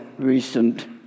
recent